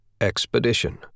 Expedition